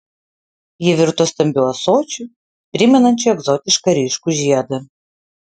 ji virto stambiu ąsočiu primenančiu egzotišką ryškų žiedą